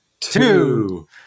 Two